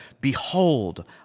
Behold